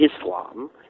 islam